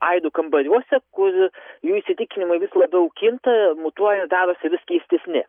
aidų kambariuose kur jų įsitikinimai vis labiau kinta mutuoja darosi vis keistesni